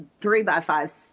three-by-five